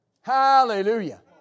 Hallelujah